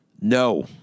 No